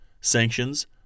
sanctions